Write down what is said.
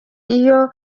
iyo